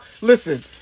listen